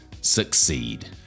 succeed